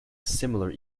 similar